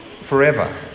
forever